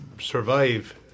survive